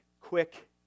quick